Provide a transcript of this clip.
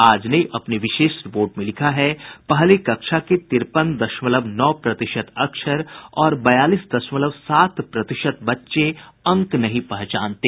आज ने अपनी विशेष रिपोर्ट में लिखा है पहली कक्षा के तिरपन दशमलव नौ प्रतिशत अक्षर और बयालीस दशमलव सात प्रतिशत बच्चे अंक नहीं पहचानते